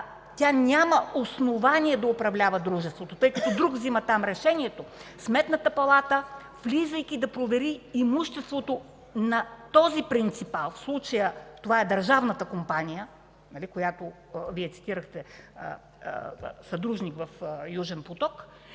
тя няма основание да управлява дружеството, тъй като друг взема там решенията, Сметната палата влиза да провери имуществото на този принципал – в случая това е държавната компания, която Вие цитирахте, съдружник в „Южен поток”